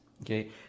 Okay